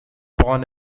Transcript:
born